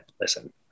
Listen